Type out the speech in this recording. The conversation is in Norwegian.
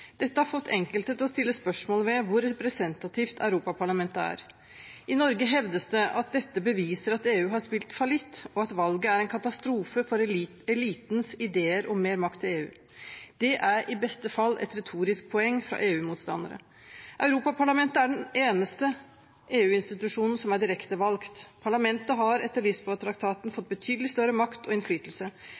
Dette har fått enkelte til å stille spørsmål ved hvor representativt Europaparlamentet er. I Norge hevdes det at dette beviser at EU har spilt fallitt, og at valget er en katastrofe for elitens ideer om mer makt til EU. Det er i beste fall et retorisk poeng fra EU-motstandere. Europaparlamentet er den eneste EU-institusjonen som er direktevalgt. Parlamentet har etter Lisboa-traktaten fått betydelig større makt og innflytelse,